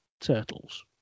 turtles